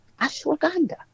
Ashwagandha